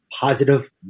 positive